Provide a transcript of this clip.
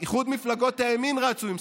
איחוד מפלגות הימין רצו עם סיסמה: